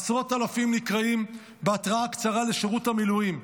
עשרות אלפים נקראים בהתראה קצרה לשירות המילואים.